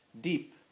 deep